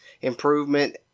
improvement